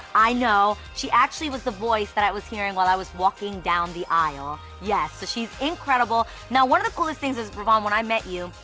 i know she actually was the voice that i was hearing while i was walking down the aisle. yes, so she's incredible. now, one of the coolest things is ravone um when i met you,